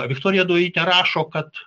viktorija daujotytė rašo kad